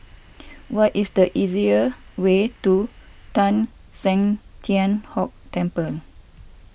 what is the easier way to Teng San Tian Hock Temple